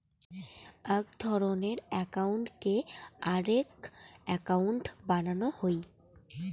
আক ধরণের একউন্টকে আরাক একউন্ট বানানো হই